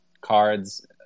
cards